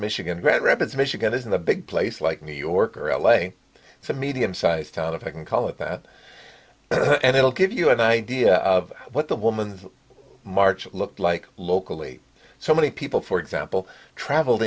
michigan pat roberts michigan is a big place like new york or l a it's a medium sized town if i can call it that and it'll give you an idea of what the woman's march looked like locally so many people for example traveled